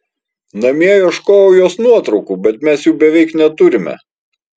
namie ieškojau jos nuotraukų bet mes jų beveik neturime